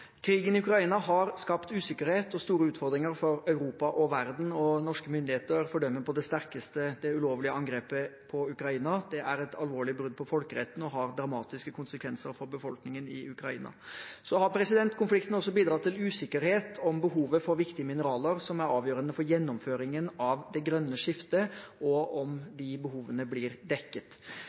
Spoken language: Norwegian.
Krigen i Ukraina har skapt usikkerhet og store utfordringer for Europa og verden. Norske myndigheter fordømmer på det sterkeste det ulovlige angrepet på Ukraina. Det er et alvorlig brudd på folkeretten og har dramatiske konsekvenser for befolkningen i Ukraina. Konflikten har også bidratt til usikkerhet om behovet for viktige mineraler som er avgjørende for gjennomføringen av det grønne skiftet,